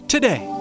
Today